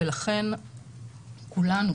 לכן כולנו,